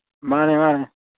ꯃꯥꯅꯦ ꯃꯥꯅꯦ